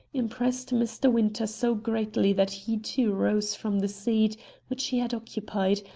impressed mr. winter so greatly that he too rose from the seat which he had occupied,